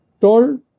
told